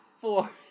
four